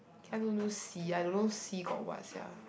can I don't do see I don't know see got what sia